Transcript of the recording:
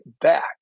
back